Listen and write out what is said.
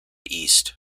east